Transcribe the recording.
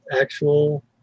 actual